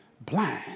blind